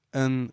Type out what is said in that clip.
een